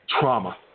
Trauma